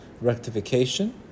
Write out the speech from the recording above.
rectification